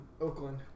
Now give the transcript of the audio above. Oakland